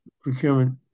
Procurement